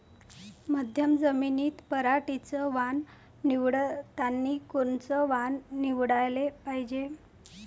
मध्यम जमीनीत पराटीचं वान निवडतानी कोनचं वान निवडाले पायजे?